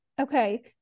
Okay